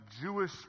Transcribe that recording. Jewish